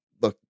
look